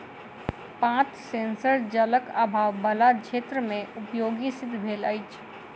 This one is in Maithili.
पात सेंसर जलक आभाव बला क्षेत्र मे उपयोगी सिद्ध भेल अछि